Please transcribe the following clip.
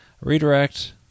redirect